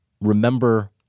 remember